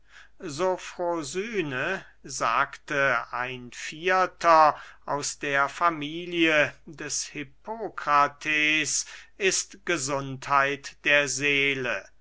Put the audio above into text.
sofrosyne sagte ein vierter aus der familie des hippokrates ist gesundheit der seele